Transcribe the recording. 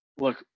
look